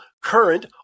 current